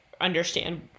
understand